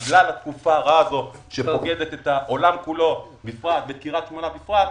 בגלל התקופה הרעה הזו שפוקדת את העולם כולו ואת קריית שמונה בפרט,